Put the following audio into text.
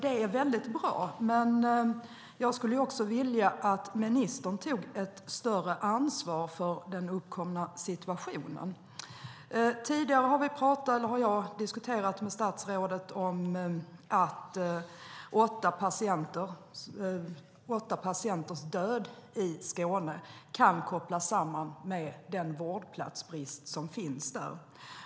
Det är mycket bra, men jag skulle också vilja att ministern tog ett större ansvar för den uppkomna situationen. Tidigare har jag diskuterat med statsrådet om att åtta patienters död i Skåne kan kopplas samman med den vårdplatsbrist som finns där.